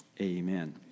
amen